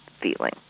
feeling